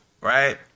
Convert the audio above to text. right